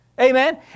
Amen